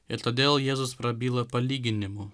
ir todėl jėzus prabyla palyginimu